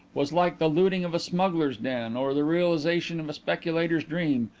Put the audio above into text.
was like the looting of a smuggler's den, or the realization of a speculator's dream,